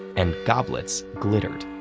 and goblets glittered.